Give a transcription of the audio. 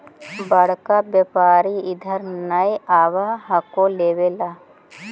बड़का व्यापारि इधर नय आब हको लेबे ला?